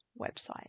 website